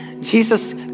Jesus